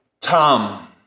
Tom